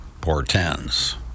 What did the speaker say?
portends